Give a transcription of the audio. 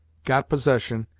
got possession,